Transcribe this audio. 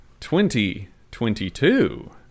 2022